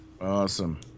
awesome